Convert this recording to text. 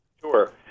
Sure